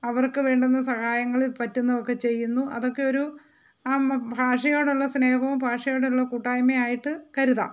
അവർക്ക് വേണ്ട സഹായങ്ങൾ പറ്റുന്നത് ഒക്കെ ചെയ്യുന്നു അതൊക്കെ ഒരു മ ഭാഷയോടുള്ള സ്നേഹവും ഭാഷയോടുള്ള കൂട്ടായ്മ ആയിട്ട് കരുതാം